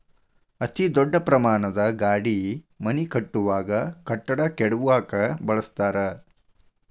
ಅತೇ ದೊಡ್ಡ ಪ್ರಮಾಣದ ಗಾಡಿ ಮನಿ ಕಟ್ಟುವಾಗ, ಕಟ್ಟಡಾ ಕೆಡವಾಕ ಬಳಸತಾರ